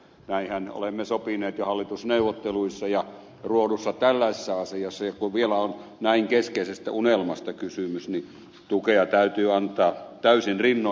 näinhän olemme sopineet jo hallitusneuvotteluissa ja olemme ruodussa tällaisessa asiassa ja kun vielä on näin keskeisestä unelmasta kysymys niin tukea täytyy antaa täysin rinnoin